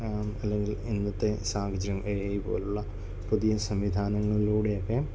അല്ലെങ്കിൽ ഇന്നത്തെ സാഹചര്യങ്ങൾ എ ഐ പോലുള്ള പുതിയ സംവിധാനങ്ങളിലൂടെയൊക്കെ